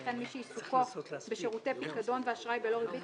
וכן מי שעיסוקו בשירותי פיקדון ואשראי בלא ריבית